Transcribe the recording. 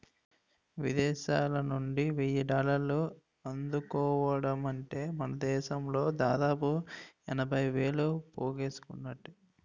విదేశాలనుండి వెయ్యి డాలర్లు అందుకోవడమంటే మనదేశంలో దాదాపు ఎనభై వేలు పోగేసుకున్నట్టే